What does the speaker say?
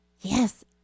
Yes